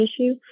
issue